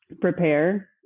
prepare